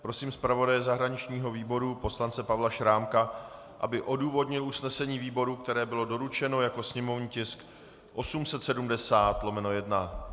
Prosím zpravodaje zahraničního výboru poslance Pavla Šrámka, aby odůvodnil usnesení výboru, které bylo doručeno jako sněmovní tisk 870/1.